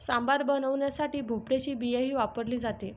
सांबार बनवण्यासाठी भोपळ्याची बियाही वापरली जाते